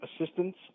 assistance